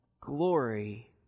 glory